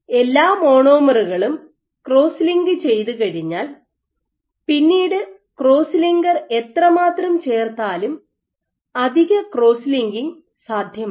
എല്ലാ മോണോമറുകളും cross link ചെയ്തുകഴിഞ്ഞാൽ പിന്നീട് ക്രോസ് ലിങ്കർ എത്രമാത്രം ചേർത്താലും അധിക ക്രോസ് ലിങ്കിംഗ് സാധ്യമല്ല